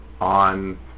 on